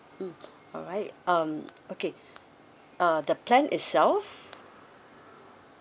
mm alright um okay uh the plan itself